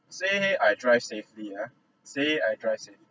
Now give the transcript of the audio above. say I drive safely yeah say I drive safely